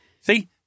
See